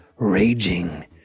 Raging